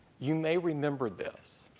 you may remember this,